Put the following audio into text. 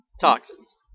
Toxins